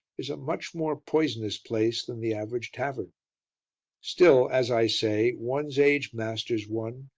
is a much more poisonous place than the average tavern still, as i say, one's age masters one,